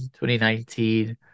2019